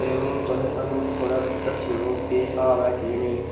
ते हून तुस सानूं दस्सी ओड़ो की केह् स्हाब ऐ केह् नेईं